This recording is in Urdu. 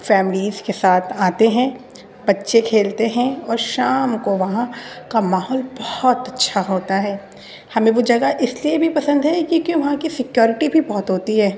فیملیز کے ساتھ آتے ہیں بچے کھیلتے ہیں اور شام کو وہاں کا ماحول بہت اچھا ہوتا ہے ہمیں وہ جگہ اس لیے بھی پسند ہے کیونکہ وہاں کی سیکیورٹی بھی بہت ہوتی ہے